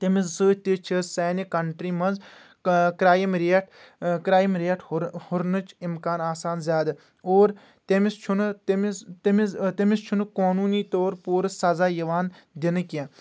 تٔمِس سۭتۍ تہِ چھِ سانہِ کنٹری منٛز کرایِم ریٹ کرایِم ریٹ ہُر ہُرنٕچ امکان آسان زیادٕ اور تٔمِس چھُنہٕ تٔمِس تٔمِس تٔمِس چھُنہٕ قونوٗنی طور پوٗرٕ سزا یِوان دِنہٕ کینٛہہ